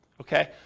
okay